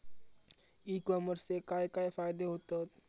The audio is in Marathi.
ई कॉमर्सचे काय काय फायदे होतत?